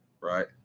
right